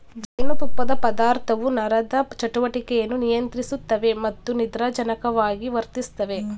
ಜೇನುತುಪ್ಪದ ಪದಾರ್ಥವು ನರದ ಚಟುವಟಿಕೆಯನ್ನು ನಿಯಂತ್ರಿಸುತ್ತವೆ ಮತ್ತು ನಿದ್ರಾಜನಕವಾಗಿ ವರ್ತಿಸ್ತವೆ